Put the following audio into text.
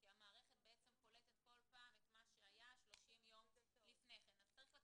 כי המערכת בעצם קולטת כל פעם את מה שהיה 30 יום לפני כן.